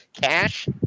cash